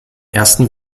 ersten